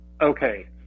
Okay